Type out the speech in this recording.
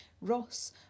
ross